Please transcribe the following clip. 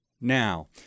Now